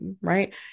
Right